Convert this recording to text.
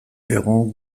egun